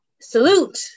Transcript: salute